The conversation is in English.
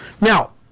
Now